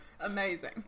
amazing